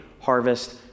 harvest